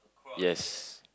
yes